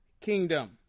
kingdom